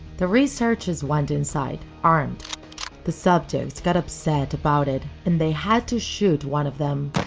the researchers went inside, armed the subjects got upset about it, and they had to shoot one of them.